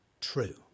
true